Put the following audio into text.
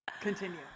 Continue